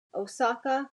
osaka